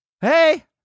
hey